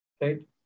right